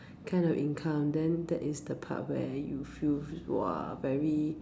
kind of income then that is the part where you feel !wah! very